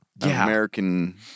American